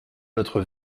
notre